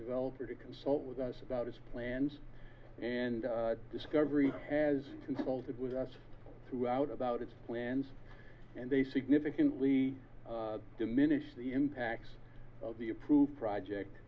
developer to consult with us about his plans and discovery has consulted with us throughout about its plans and they significantly diminish the impacts of the approved project